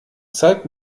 zeig